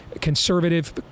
conservative